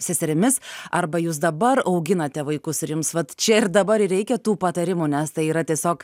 seserimis arba jūs dabar auginate vaikus ir jums vat čia ir dabar ir reikia tų patarimų nes tai yra tiesiog